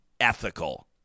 ethical